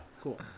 cool